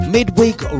Midweek